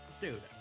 Dude